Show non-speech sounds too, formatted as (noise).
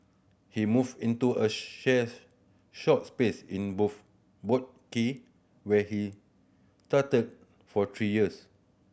he moved into a (unintelligible) shop space in (unintelligible) Boat Quay where he stayed for three years